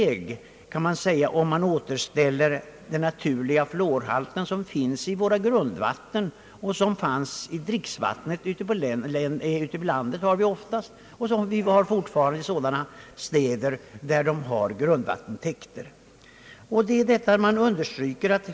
Det är bara att återgå till ett normalt tillstånd, om man återställer den naturliga fluorhalt som finns i våra grundvatten och som oftast finns i dricksvattnet ute på landet samt även i de städer, där man utnyttjar grundvattentäkter.